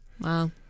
Wow